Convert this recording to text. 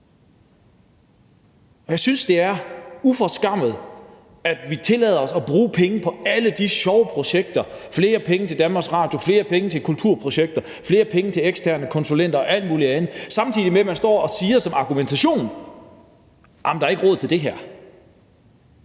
og jeg synes, det er uforskammet, at vi tillader os at bruge penge på alle de sjove projekter: flere penge til Danmarks Radio, flere penge til kulturprojekter, flere penge til eksterne konsulenter og alt muligt andet, samtidig med at man står og bruger som argumentation, at der ikke er råd til det her.